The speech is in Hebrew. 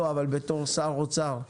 לא, אבל בתור שר האוצר.